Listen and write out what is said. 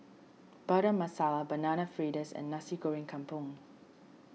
Butter Masala Banana Fritters and Nasi Goreng Kampung